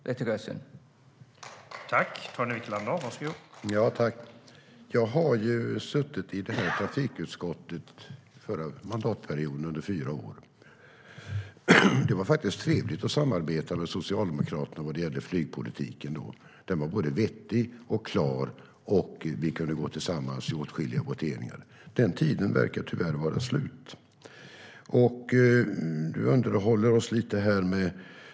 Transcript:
Det tycker jag är synd.